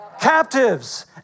captives